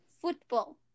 football